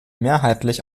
mehrheitlich